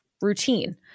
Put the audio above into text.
routine